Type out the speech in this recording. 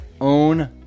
own